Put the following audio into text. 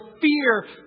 fear